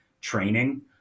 training